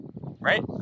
Right